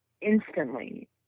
instantly